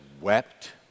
wept